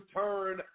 turn